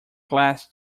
class